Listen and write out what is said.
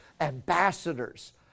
ambassadors